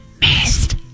Missed